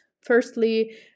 Firstly